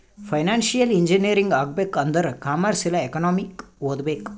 financial engineering ಆಗ್ಬೇಕ್ ಆಂದುರ್ commerce ಇಲ್ಲಾ ಎಕನಾಮಿಕ್ ಓದ್ಬೇಕ್